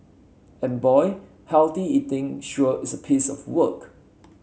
and boy healthy eating sure is a piece of work